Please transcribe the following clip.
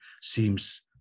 seems